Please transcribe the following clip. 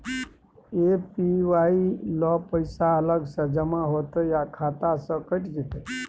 APY ल पैसा अलग स जमा होतै या खाता स कैट जेतै?